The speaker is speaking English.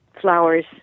flowers